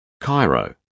Cairo